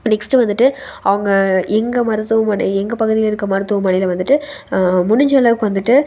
next வந்துட்டு அவங்க எங்கள் மருத்துவமனை எங்கள் பகுதியில் இருக்கற மருத்துவமனையில் வந்துட்டு முடிஞ்சளவுக்கு வந்துட்டு